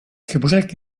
gebrek